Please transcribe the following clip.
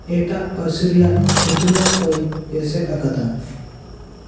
ᱮᱴᱟᱜ ᱯᱟᱹᱨᱥᱤ ᱨᱮᱭᱟᱜ ᱩᱛᱱᱟᱹᱣ ᱠᱚᱭ ᱮᱥᱮᱫ ᱟᱠᱟᱫᱟ